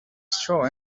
straw